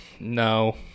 no